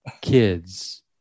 kids